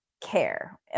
care